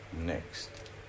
next